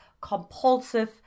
compulsive